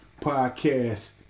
Podcast